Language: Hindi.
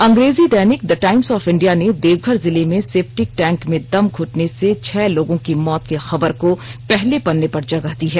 अंग्रेजी दैनिक द टाइम्स ऑफ इंडिया ने देवघर जिले में सैप्टिक टैंक में दम घुटने से छह लोगों की मौत की खबर को पहले पन्ने पर जगह दी है